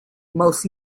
most